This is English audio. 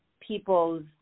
people's